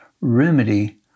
remedy